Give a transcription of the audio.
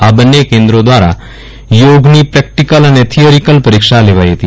આ બંન્ને કેન્દ્રો દ્રારા યોગની પ્રેકટીકલ અને થીયરીકલ પરીક્ષા લેવાઈ હતી